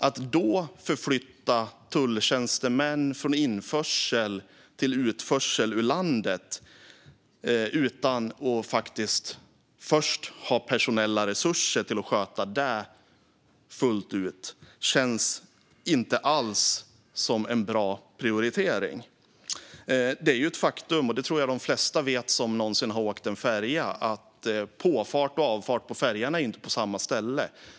Att i det läget förflytta tulltjänstemän från införsel i till utförsel ur landet, utan att först ha personella resurser till att fullt ut sköta det, känns inte alls som en bra prioritering. Det är ett faktum - det tror jag att de flesta vet som någonsin har åkt en färja - att påfart på och avfart från färjan inte sker på samma ställe.